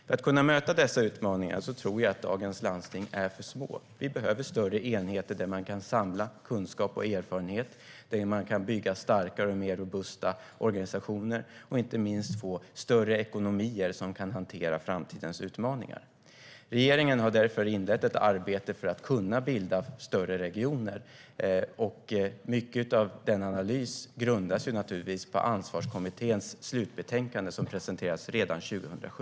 För att kunna möta dessa utmaningar tror jag att dagens landsting är för små. Det behövs större enheter där man kan samla kunskap och erfarenhet, där man kan bygga starkare och mer robusta organisationer och inte minst få större ekonomier som kan hantera framtidens utmaningar. Regeringen har därför inlett ett arbete för att kunna bilda större regioner. Mycket av analysen grundas naturligtvis på Ansvarskommitténs slutbetänkande som presenterades redan 2007.